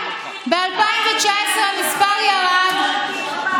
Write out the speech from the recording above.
ב-2019 המספר ירד,